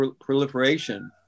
proliferation